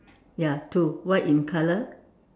ya two white in colour